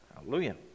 Hallelujah